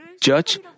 judge